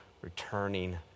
returning